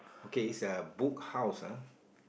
okay is a Book House ah